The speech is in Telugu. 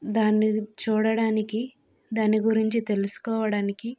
దాన్ని చూడడానికి దాని గురించి తెలుసుకోవడానికి